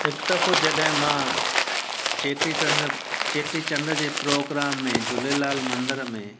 हिक दफ़े जॾहिं मां चेटीचंडु चेटीचंड जे प्रोग्राम में झूलेलाल मंदर में